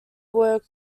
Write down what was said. were